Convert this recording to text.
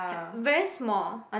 had very small